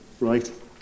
right